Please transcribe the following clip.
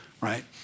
right